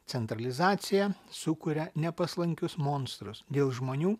centralizacija sukuria nepaslankius monstrus dėl žmonių